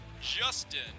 justin